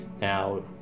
Now